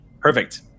Perfect